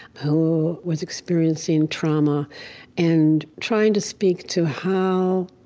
who was experiencing trauma and trying to speak to how,